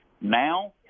Now